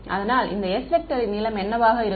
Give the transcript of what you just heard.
அதனால் இந்த s வெக்டரின் நீளம் என்னவாக இருக்கும்